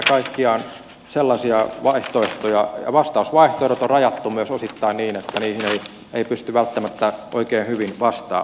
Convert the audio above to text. täällä on kerta kaikkiaan sellaisia vaihtoehtoja ja vastausvaihtoehdot on rajattu myös osittain niin että niihin ei pysty välttämättä oikein hyvin vastaamaankaan